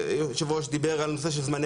יושב הראש דיבר קודם על הנושא של זמני